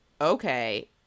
Okay